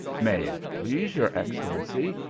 may it please your excellency,